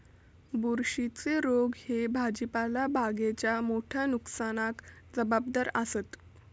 बुरशीच्ये रोग ह्ये भाजीपाला बागेच्या मोठ्या नुकसानाक जबाबदार आसत